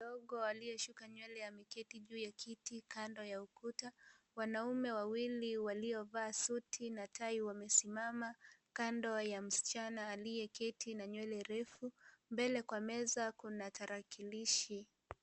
Dogo aliyeshuka nywele ameketi juu ya kiti kando ya ukuta wanaume wawili waliovaa suti na tai wamesimama kando ya msichana aliyeketi na nywele refu mbele Kwa meza kuna tarakilishi.